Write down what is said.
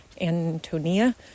Antonia